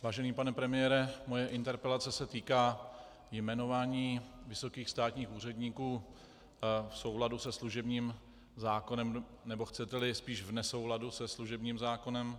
Vážený pane premiére, moje interpelace se týká jmenování vysokých státních úředníků v souladu se služebním zákonem, nebo chceteli spíš v nesouladu se služebním zákonem.